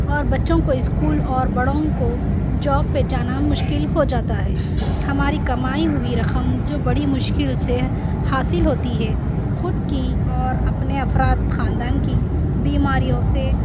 اور بچوں کو اسکول اور بڑوں کو جاب پہ جانا مشکل ہو جاتا ہے ہماری کمائی ہوئی رقم جو بڑی مشکل سے حاصل ہوتی ہے خود کی اور اپنے افراد خاندان کی بیماریوں سے